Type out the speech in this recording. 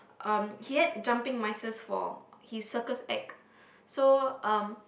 um he had jumping mices for his circus act so um